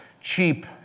cheap